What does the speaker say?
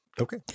Okay